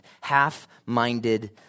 half-minded